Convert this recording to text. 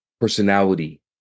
personality